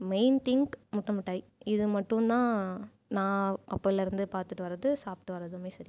main thing முட்டை மிட்டாய் இது மட்டும் தான் நான் அப்போலிருந்து பார்த்துட்டு வரது சாப்பிட்டு வரதுமே சரி